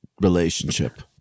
relationship